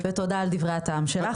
שאפו לכם, ותודה על דברי הטעם שלכם.